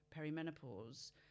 perimenopause